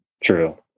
true